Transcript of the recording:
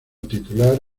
titular